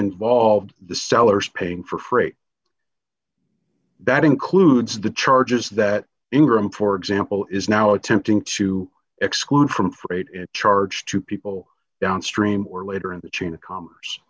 involved the sellers paying for freight that includes the charges that ingram for example is now attempting to exclude from freight and charge to people downstream or later in the chain of commerce